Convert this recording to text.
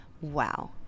wow